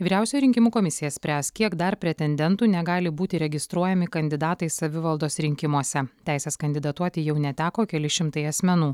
vyriausia rinkimų komisija spręs kiek dar pretendentų negali būti registruojami kandidatais savivaldos rinkimuose teisės kandidatuoti jau neteko keli šimtai asmenų